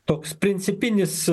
toks principinis